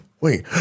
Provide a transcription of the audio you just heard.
wait